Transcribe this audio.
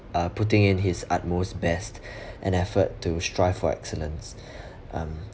uh putting in his utmost best an effort to strive for excellence